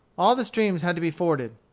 all the streams had to be forded.